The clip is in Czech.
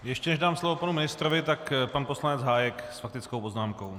Ještě než dám slovo panu ministrovi, tak pan poslanec Hájek s faktickou poznámkou.